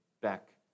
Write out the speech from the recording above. back